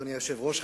אדוני היושב-ראש,